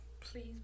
please